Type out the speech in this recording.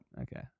okay